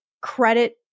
credit